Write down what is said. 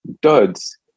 duds